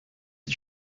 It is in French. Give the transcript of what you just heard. est